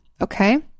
Okay